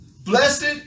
Blessed